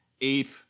Ape